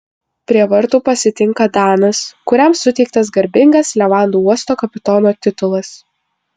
prie vartų pasitinka danas kuriam suteiktas garbingas levandų uosto kapitono titulas